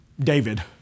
David